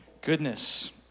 Goodness